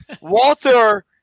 Walter